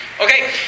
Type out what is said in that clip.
Okay